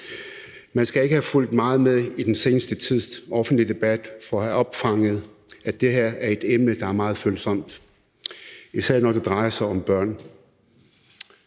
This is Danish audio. Man skal ikke have fulgt meget med i den seneste tids offentlige debat for at have opfanget, at det her er et emne, der er meget følsomt, især når det drejer sig om børn.